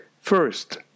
First